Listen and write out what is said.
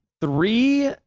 three